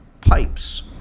pipes